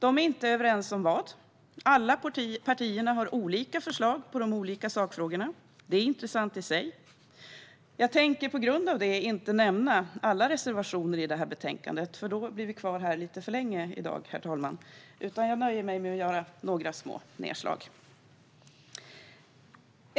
De är inte överens om vad. Alla partier har olika förslag på olika sakfrågor, vilket i sig är intressant. På grund av detta tänker jag inte nämna alla reservationer som finns i betänkandet för då blir vi, herr talman, kvar här för länge i dag. Jag nöjer mig med att göra några små nedslag.